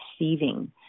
receiving